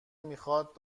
میخواد